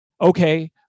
Okay